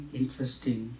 interesting